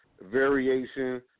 variation